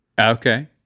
Okay